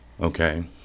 okay